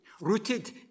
rooted